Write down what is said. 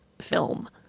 film